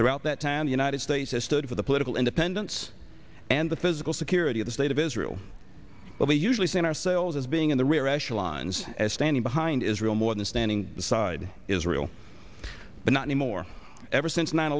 throughout that time the united states has stood for the political independence and the physical security of the state of israel but we usually see ourselves as being in the rear echelons as standing behind israel more than standing beside israel but not anymore ever since nine